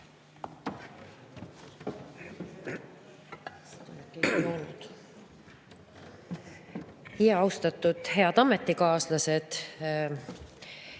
Küti. Austatud head ametikaaslased!